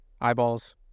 eyeballs